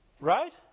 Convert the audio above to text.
Right